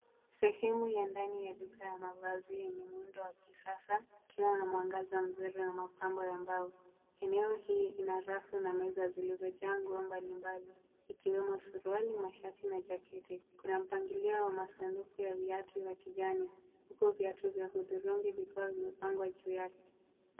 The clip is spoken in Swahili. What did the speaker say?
Sehemu ya ndani ya duka ya mavazi yenye muundo wa kisasa ikiwa na mwangaza mzuri na mapambo ya mbao. Eneo hii ina rafu na meza zilizojaa nguo mbalimbali ikiwemo suruali, mashati na jaketi. Kuna mpangilio wa masanduku ya viatu vya kijani huku viatu vya hudhurungi vikiwa vimepangwa juu yake.